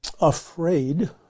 afraid